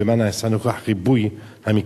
2. מה נעשה נוכח ריבוי המקרים?